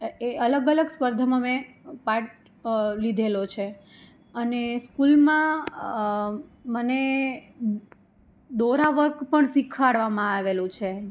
એ અલગ અલગ સ્પર્ધામાં મે પાર્ટ લીધેલો છે અને સ્કૂલમાં મને દોરા વર્ક પણ શિખાડવામાં આવેલું છે